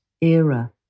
era